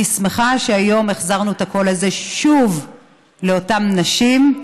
אני שמחה שהיום החזרנו את הקול הזה שוב לאותן נשים,